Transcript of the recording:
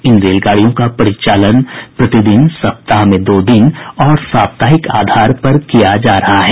इन रेलगाड़ियों का परिचालन प्रतिदिन सप्ताह में दो दिन और साप्ताहिक आधार पर किया जा रहा है